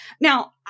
now